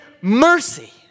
mercy